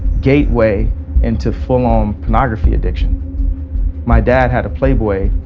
gateway into full-on pornography addiction my dad had a playboy